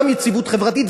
גם יציבות חברתית?